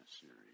series